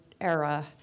era